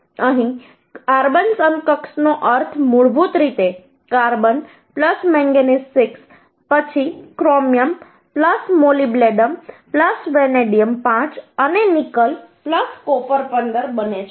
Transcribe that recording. અહીં કાર્બન સમકક્ષનો અર્થ મૂળભૂત રીતે કાર્બન મેંગેનીઝ 6 પછી ક્રોમિયમ મોલિબ્ડેનમ વેનેડિયમ 5 અને નિકલ કોપર 15 બને છે